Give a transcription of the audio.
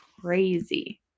crazy